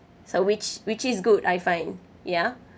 so which which is good I find ya